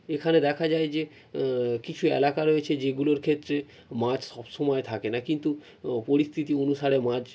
এখানে দেখা যায় যে কিছু এলাকা রয়েছে যেগুলোর ক্ষেত্রে মাছ সব সময় থাকে না কিন্তু পরিস্থিতি অনুসারে মাছ